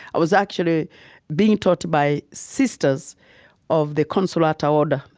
i was actually being taught by sisters of the consolata order,